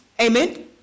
Amen